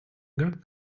got